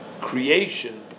creation